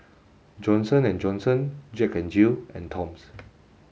Johnson and Johnson Jack N Jill and Toms